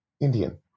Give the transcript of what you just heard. Indian